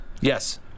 Yes